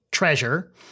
Treasure